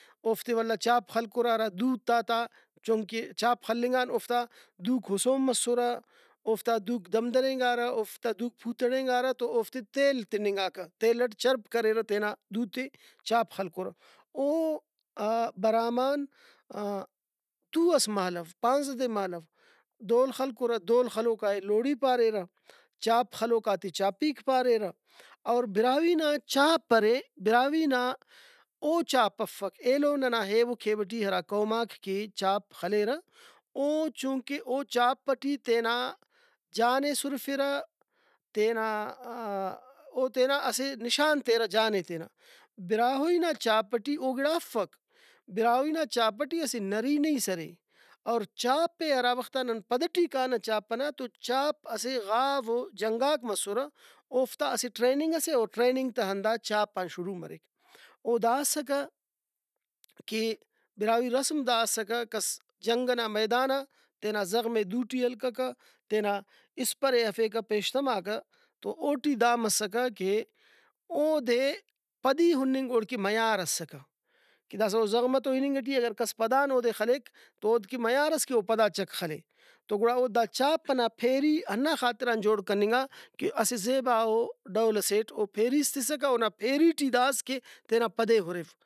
اوفتے ولا چاپ خلکُرہ ہرا دُوتا تا چونکہ چاپ خلنگان اوفتا دُوک ہُسون مسرہ اوفتا دُوک دمدرینگارہ اوفتا دُوک پوتڑینگارہ تو اوفتے تیل تننگاکہ تیل اٹ چرپ کریرہ تینا دُوتے چاپ خلکُرہ او برامان تُو ئس مالو پانزدہ دے مالو دھول خلکُرہ دھول خلوکائے لوڑی پاریرہ چاپ خلوکاتے چاپیک پاریرہ اوربراہوئی نا چاپ ارے براہوئی نا او چاپ افک ایلو ننا ایب ؤ کھیب ٹی ہرا قوماک کہ چاپ خلیرہ او چُونکہ او چاپ ٹی تینا جان ئے سُرفرہ تینا او تینا اسہ نشان تیرہ جانے تینا براہوئی نا چاپ ٹی او گڑا افک براہوئی نا چاپ ٹی اسہ نرینئیس ارے اور چاپ ئے ہرا وختا نن پد ٹی کانہ چاپ ئنا تو چاپ اسہ غاو ؤ جنگاک مسرہ اوفتا اسہ ٹریننگ سے اور ٹریننگ تا ہندا چاپ آن شروع مریک او دا اسکہ کہ براہوئی رسم دا اسکہ کس جنگ ئنا میدانا تینا زغمے دُوٹی ہلککہ تینا اِسپرئے ہرفیکہ پیشتماکہ تو اوٹی دامسکہ کہ اودے پدی ہُننگ اوڑکہ معیار اسکہ کہ داسہ او زغم تو اِننگ ٹی اے اگر کس پدان اودے خلیک تو اود کہ معیار اس کہ او پدا چک خلے تو گڑا او دا چاپ ئنا پیری ہندا خاطران جوڑ کننگا کہ اسہ زیباؤ ڈولسیٹ او پیریس تسکہ اونا پیری ٹی دا اس کہ تینا پدے ہُرِو